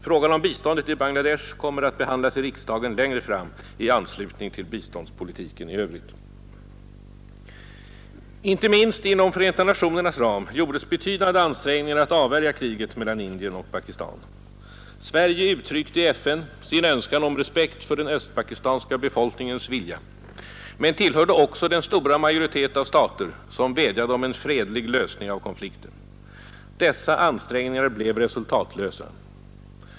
Frågan om biståndet till Bangladesh kommer att behandlas i riksdagen längre fram i anslutning till biståndspolitiken i övrigt. Inte minst inom Förenta nationernas ram gjordes betydande ansträngningar att avvärja kriget mellan Indien och Pakistan. Sverige uttryckte i FN sin önskan om respekt för den östpakistanska befolkningens vilja men tillhörde också den stora majoritet av stater som vädjade om en fredlig lösning av konflikten. Dessa ansträngningar blev resultatlösa.